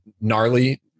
gnarly